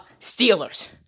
Steelers